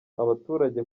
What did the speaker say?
abaturage